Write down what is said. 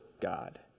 God